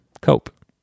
cope